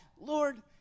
Lord